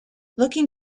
looking